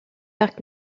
parcs